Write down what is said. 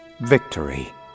victory